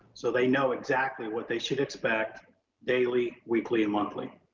so they know exactly what they should expect daily, weekly, and monthly.